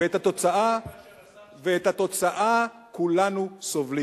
היא לא פחות אחראית מאשר השר ואת התוצאה כולנו סובלים,